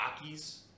Rockies